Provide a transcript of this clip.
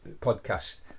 podcast